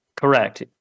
Correct